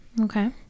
Okay